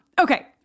Okay